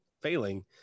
failing